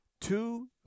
two